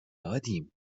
دادیم